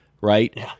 right